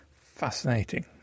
fascinating